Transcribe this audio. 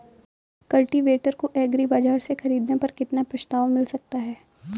Cultivator को agri बाजार से ख़रीदने पर कितना प्रस्ताव मिल सकता है?